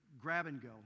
grab-and-go